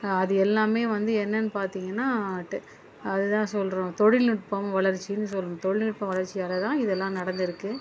அது எல்லாமே வந்து என்னன்னு பார்த்திங்கன்னா டெக் அதுதான் சொல்கிறோம் தொலில்நுட்பம் வளர்ச்சின்னு சொல் தொலில்நுட்ப வளர்ச்சியால்தான் இதெல்லாம் நடந்திருக்கு